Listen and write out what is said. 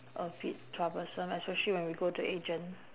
a bit troublesome especially when we go to agent